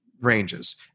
ranges